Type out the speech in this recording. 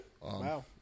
Wow